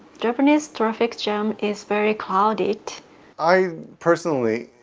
japanese traffic jam is very crowded i personally